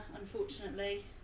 unfortunately